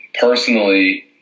personally